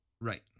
Right